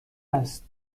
است